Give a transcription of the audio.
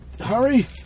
Hurry